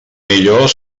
millor